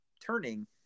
turning